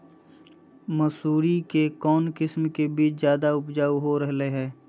मसूरी के कौन किस्म के बीच ज्यादा उपजाऊ रहो हय?